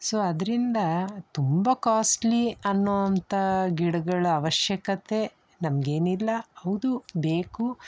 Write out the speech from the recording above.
so ಅದರಿಂದ ತುಂಬ costly ಅನ್ನುವಂಥ ಗಿಡಗಳ ಅವಶ್ಯಕತೆ ನಮಗೇನಿಲ್ಲ ಹೌದು ಬೇಕು